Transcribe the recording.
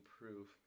proof